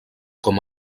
com